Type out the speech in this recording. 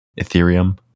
Ethereum